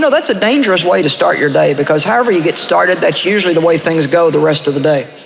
so that's a dangerous way to start your day because however you get started, that's usually the way things go the rest of the day,